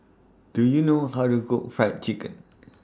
Do YOU know How to Cook Fried Chicken